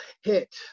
hit